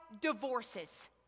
divorces